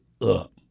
up